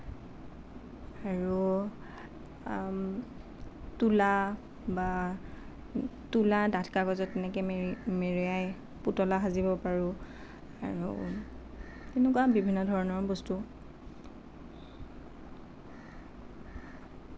আৰু তোলা বা তোলা ডাঠ কাগজত এনেকৈ মেৰি মেৰিয়াই পুতলা সাজিব পাৰোঁ আৰু তেনেকুৱা বিভিন্ন ধৰণৰ বস্তু